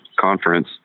conference